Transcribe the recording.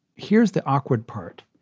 here's the awkward part.